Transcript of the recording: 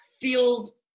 feels